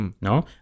no